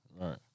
right